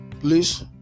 please